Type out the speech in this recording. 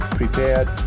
prepared